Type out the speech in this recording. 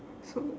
so